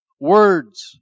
words